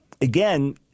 again